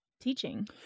teaching